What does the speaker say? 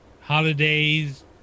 holidays